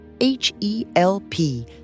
H-E-L-P